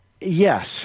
yes